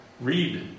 read